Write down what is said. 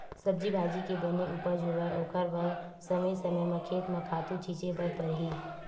सब्जी भाजी के बने उपज होवय ओखर बर समे समे म खेत म खातू छिते बर परही